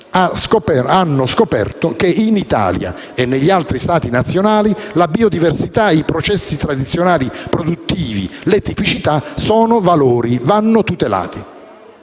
hanno scoperto che in Italia e negli altri Stati nazionali la biodiversità e i processi tradizionali produttivi e le tipicità sono valori e vanno tutelati.